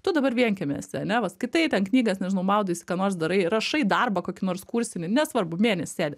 tu dabar vienkiemy esi ane va skaitai knygas nežinau maudais ką nors darai rašai darbą kokį nors kursinį nesvarbu mėnesį sėdi